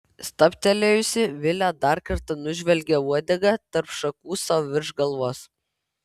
stabtelėjusi vilė dar kartą nužvelgė uodegą tarp šakų sau virš galvos